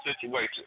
situation